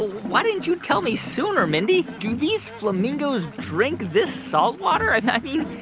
why didn't you tell me sooner, mindy? do these flamingos drink this salt water? i mean,